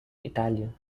italian